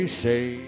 say